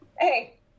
Hey